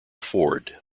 ford